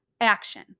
action